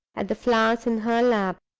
at the flowers in her lap.